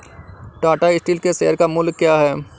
Tata steel के share का मूल्य क्या है?